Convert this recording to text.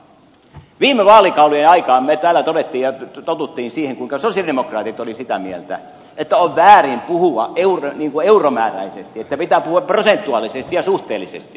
viime vaalikauden aikaan me täällä totesimme ja totuimme siihen kuinka sosialidemokraatit olivat sitä mieltä että on väärin puhua euromääräisesti että pitää puhua prosentuaalisesti ja suhteellisesti